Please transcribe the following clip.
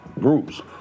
groups